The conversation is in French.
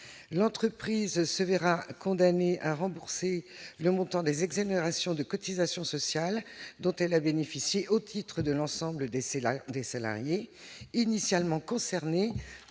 l'entreprise se verra condamné à rembourser le montant des exonérations de cotisations sociales dont elle a bénéficié au titre de l'ensemble des c'est là des salariés initialement concernées